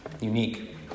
unique